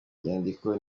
nyandiko